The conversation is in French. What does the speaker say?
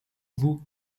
vous